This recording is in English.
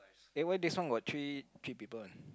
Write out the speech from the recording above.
eh why this one got three three people [one]